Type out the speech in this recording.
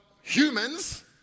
humans